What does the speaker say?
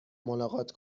ملاقات